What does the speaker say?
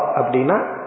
Abdina